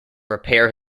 repair